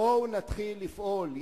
בואו נתחיל לפעול.